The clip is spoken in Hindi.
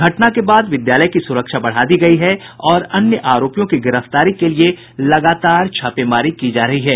घटना के बाद विद्यालय की सुरक्षा बढ़ा दी गयी है और अन्य आरोपियों की गिरफ्तारी के लिये लगातार छापेमारी की जा रही है